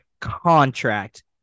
contract